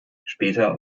später